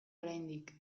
oraindik